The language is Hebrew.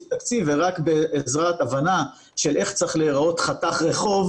תקציב ורק בעזרת הבנה של איך צריך להיראות חתך רחוב,